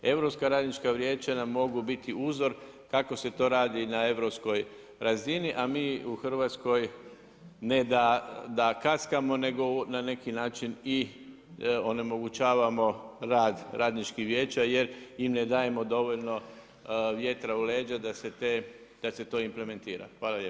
Europska radnička vijeća nam mogu biti uzor kako se to radi na europskoj razini a mi u Hrvatskoj ne da kaskamo nego na neki način i onemogućavamo rad Radničkih vijeća jer im ne dajemo dovoljno vjetra u leđa da se to implementira.